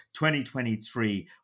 2023